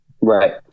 Right